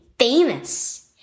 famous